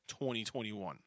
2021